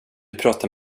pratar